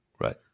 Right